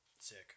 sick